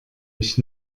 mich